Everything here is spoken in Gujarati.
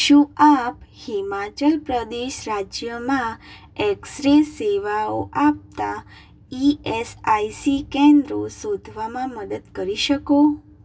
શું આપ હિમાચલ પ્રદેશ રાજ્યમાં એક્સ રે સેવાઓ આપતાં ઇ એસ આઇ સી કેન્દ્રો શોધવામાં મદદ કરી શકો